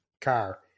car